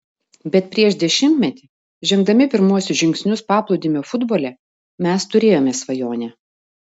bet prieš dešimtmetį žengdami pirmuosius žingsnius paplūdimio futbole mes turėjome svajonę